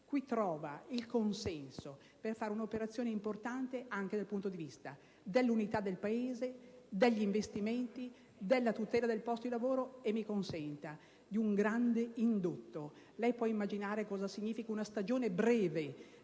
Qui trova il consenso per fare un'operazione importante anche dal punto di vista dell'unità del Paese, degli investimenti, della tutela del posto di lavoro e - mi consenta - di un grande indotto. Può immaginare cosa significhi una stagione breve